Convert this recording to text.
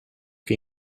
che